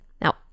Now